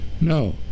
No